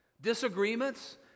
disagreements